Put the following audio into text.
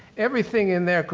everything in there,